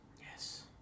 Yes